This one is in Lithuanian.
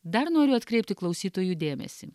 dar noriu atkreipti klausytojų dėmesį